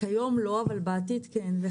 כיום לא, אבל בעתיד כן.